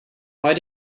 why